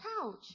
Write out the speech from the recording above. couch